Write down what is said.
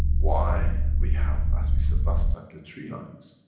why we have, as we said last time, the tree lines.